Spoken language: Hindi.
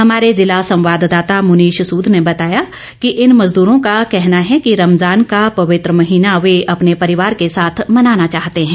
हमारे जिला संवाददाता मुनीष सूद ने बताया कि इन मजदूरो का कहना है कि रमजान का पवित्र महीना वे अपने परिवार के साथ मनाना चाहते हैं